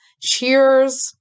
Cheers